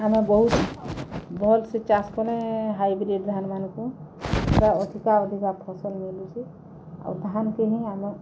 ଆମେ ବହୁତ୍ ଭଲ୍ ସେ ଚାଷ୍ କଲେ ଧାନ୍ମାନ୍କୁ ବା ଅଧିକା ଅଧିକା ଫସଲ୍ ମିଲୁଛେ ଆଉ ଧାନ୍କେ ହିଁ ଆମେ